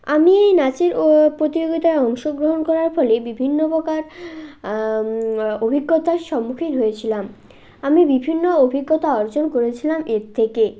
আমি এই নাচের প্রতিযোগিতায় অংশগ্রহণ করার ফলে বিভিন্ন প্রকার অভিজ্ঞতার সম্মুখীন হয়েছিলাম আমি বিভিন্ন অভিজ্ঞতা অর্জন করেছিলাম এর থেকে